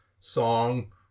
Song